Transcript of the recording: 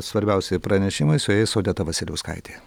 svarbiausi pranešimai su jais odeta vasiliauskaitė